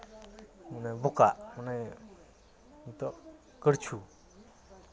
ᱢᱟᱱᱮ ᱵᱚᱠᱟᱜ ᱢᱟᱱᱮ ᱱᱤᱛᱳᱜ ᱠᱟᱲᱪᱩ